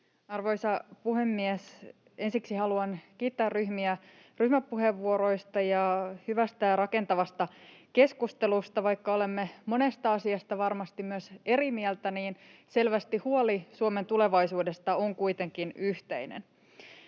Arvoisa puhemies! Ensiksi haluan kiittää ryhmiä ryhmäpuheenvuoroista ja hyvästä ja rakentavasta keskustelusta. Vaikka olemme monesta asiasta varmasti myös eri mieltä, niin selvästi huoli Suomen tulevaisuudesta on kuitenkin yhteinen.